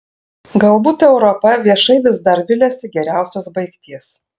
galbūt europa viešai vis dar viliasi geriausios baigties